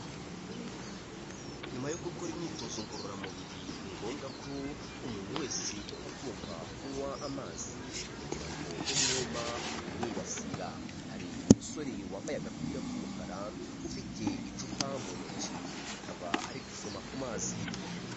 Nyuma yo gukora imyitozo ngororamubiri ni ngombwa ko umuntu wese aba agomba kunywa amazi kugira ngo umwuma utamwibasira, hari umusore wambaye agapira k'umukara, ufite icupa mu ntoki, akaba ari gusoma ku mazi.